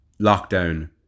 lockdown